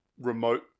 remote